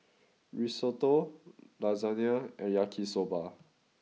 Risotto Lasagna and Yaki Soba